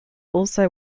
also